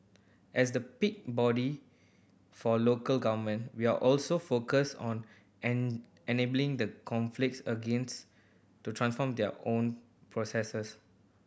as the peak body for local government we're also focused on an enabling the conflict against to transform their own processes